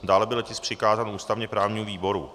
Dále byl tisk přikázán ústavněprávnímu výboru.